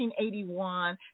1981